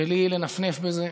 בלי לנפנף בזה.